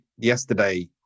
yesterday